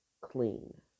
clean